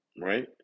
Right